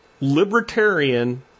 libertarian